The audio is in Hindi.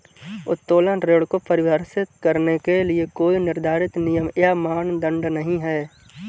उत्तोलन ऋण को परिभाषित करने के लिए कोई निर्धारित नियम या मानदंड नहीं है